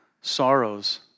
sorrows